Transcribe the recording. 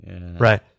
Right